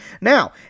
Now